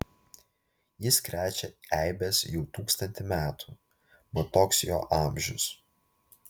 jis krečia eibes jau tūkstantį metų mat toks jo amžius